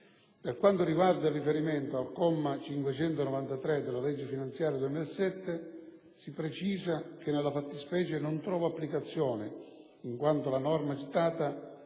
Per quanto riguarda il riferimento al comma 593 della legge finanziaria 2007, si precisa che nella fattispecie non trova applicazione, in quanto la norma citata